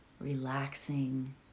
relaxing